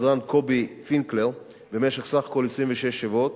השדרן קובי פינקלר במשך 26 שבועות.